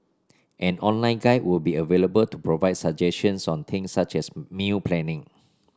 an online guide will be available to provide suggestions on things such as meal planning